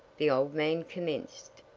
the old man commenced.